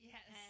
Yes